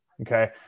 Okay